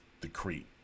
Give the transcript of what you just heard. decree